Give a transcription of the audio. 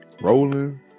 rolling